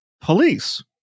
police